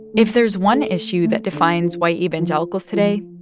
if there's one issue that defines white evangelicals today,